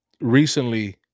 Recently